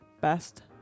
Best